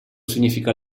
significa